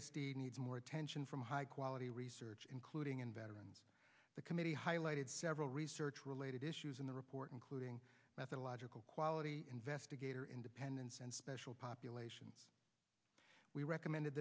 d needs more attention from high quality research including in veterans the committee highlighted several research related issues in the report including methodological quality investigator independence and special population we recommended